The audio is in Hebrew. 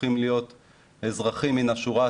הופכים להיות אזרחים מן השורה,